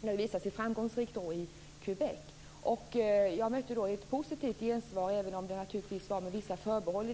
Det här har ju visat sig vara framgångsrikt i Quebec. Jag fick då ett positivt gensvar, även om det fanns vissa förbehåll.